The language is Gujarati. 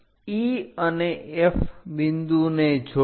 E અને F બિંદુને જોડો